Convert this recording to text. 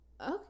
okay